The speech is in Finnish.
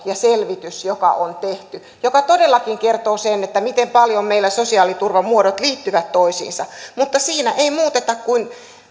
ja selvitys joka on tehty joka todellakin kertoo sen miten paljon meillä sosiaaliturvan muodot liittyvät toisiinsa mutta siinä ei muuteta kuin